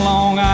Long